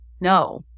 no